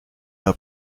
d’un